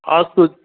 अस्तु